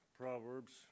Proverbs